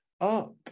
up